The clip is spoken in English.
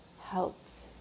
helps